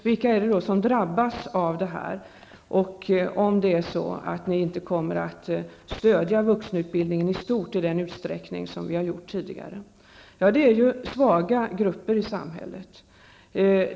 Vilka är det då som drabbas, om ni inte kommer att stödja vuxenutbildningen i stort i den utsträckning som vi har gjort tidigare? Det är de svaga grupperna i samhället.